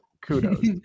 Kudos